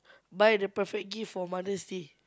buy the perfect gift for Mother's Day